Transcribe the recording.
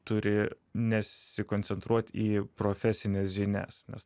turi nesikoncentruoti į profesines žinias nes